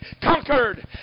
conquered